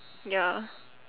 ya